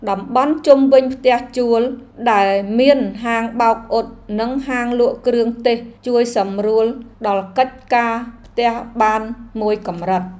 តំបន់ជុំវិញផ្ទះជួលដែលមានហាងបោកអ៊ុតនិងហាងលក់គ្រឿងទេសជួយសម្រួលដល់កិច្ចការផ្ទះបានមួយកម្រិត។